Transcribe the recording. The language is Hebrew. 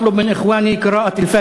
(אומר משפט